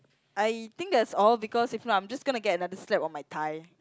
I think that's all because if not I'm just going to get another slap on my thigh